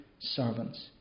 servants